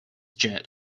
jet